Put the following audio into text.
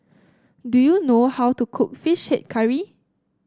do you know how to cook fish head curry